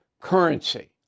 currency